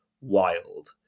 wild